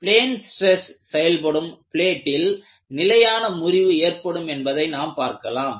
plane stress செயல்படும் பிளேட்டில் நிலையான முறிவு ஏற்படும் என்பதை நாம் பார்க்கலாம்